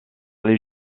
les